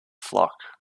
flock